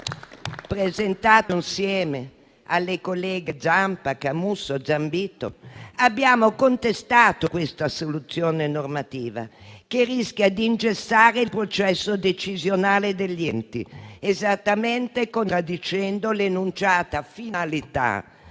presentato insieme alle colleghe Zampa, Camusso e Zambito, abbiamo contestato questa soluzione normativa, che rischia di ingessare il processo decisionale degli enti, esattamente contraddicendo l'enunciata finalità